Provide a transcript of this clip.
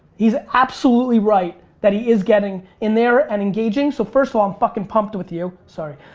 he's absolutely right that he is getting in there and engaging. so, first of all, i'm fucking pumped with you. sorry.